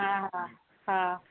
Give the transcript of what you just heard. हा हा हा